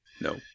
no